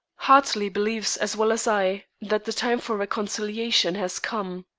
hartley believes as well as i that the time for reconciliation has come.